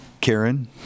Karen